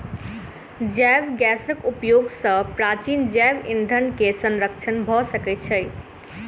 जैव गैसक उपयोग सॅ प्राचीन जैव ईंधन के संरक्षण भ सकै छै